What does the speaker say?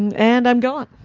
and and i'm gone.